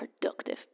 productive